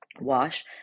Wash